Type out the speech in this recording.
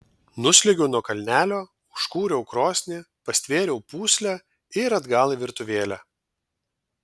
nusliuogiau nuo kalnelio užkūriau krosnį pastvėriau pūslę ir atgal į virtuvėlę